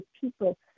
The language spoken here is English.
people